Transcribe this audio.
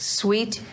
sweet